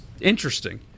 interesting